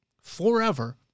forever